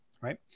right